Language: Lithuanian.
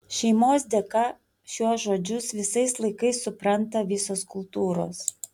šeimos dėka šiuo žodžius visais laikais supranta visos kultūros